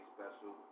Special